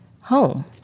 home